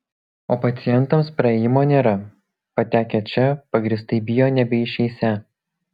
o pacientams praėjimo nėra patekę čia pagrįstai bijo nebeišeisią